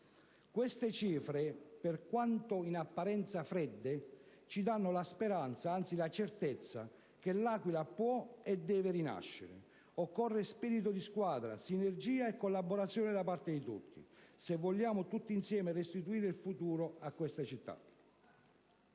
Queste cifre, per quanto in apparenza fredde, ci danno la speranza, anzi la certezza, che L'Aquila possa e debba rinascere. Occorre spirito di squadra, sinergia e collaborazione da parte di tutti, se vogliamo, tutti insieme, restituire il futuro a questa città.